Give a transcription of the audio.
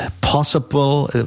possible